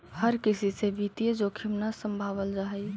हर किसी से वित्तीय जोखिम न सम्भावल जा हई